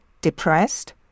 depressed